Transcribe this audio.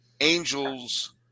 Angels –